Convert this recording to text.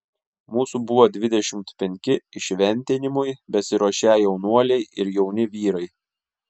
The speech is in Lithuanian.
mūsų buvo dvidešimt penki įšventinimui besiruošią jaunuoliai ir jauni vyrai